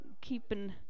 keeping